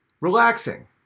relaxing